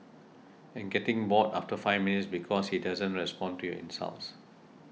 and getting bored after five minutes because he doesn't respond to your insults